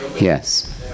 Yes